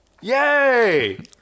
Yay